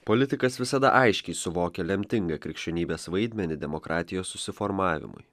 politikas visada aiškiai suvokė lemtingą krikščionybės vaidmenį demokratijos susiformavimui